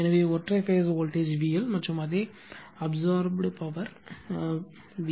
எனவே ஒற்றை phase voltage VL மற்றும் அதே அப்சார்ப்புடு பவர் பி